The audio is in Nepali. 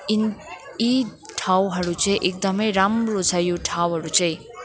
इन यी ठाउँहरू चाहिँ एकदमै राम्रो छ यो ठाउँहरू चाहिँ